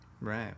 Right